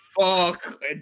Fuck